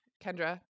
kendra